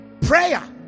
prayer